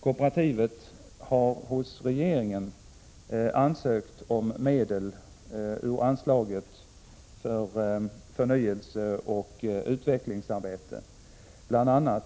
Kooperativet har hos regeringen ansökt om medel från anslaget för förnyelseoch utvecklingsarbete, bl.a.